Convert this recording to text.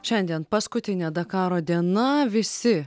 šiandien paskutinė dakaro diena visi